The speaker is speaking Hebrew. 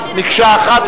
מקשה אחת,